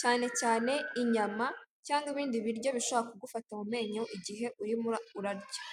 cyane cyane inyama cyangwa ibindi biryo bishobora kugufata mu menyo igihe urimo urarya.